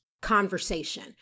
conversation